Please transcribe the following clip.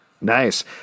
nice